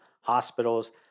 hospitals